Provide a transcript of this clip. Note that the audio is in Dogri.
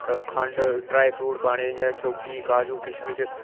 खंड ड्राई फरूट पाने जि'यां सौगी काजू किशमिश